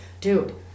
Dude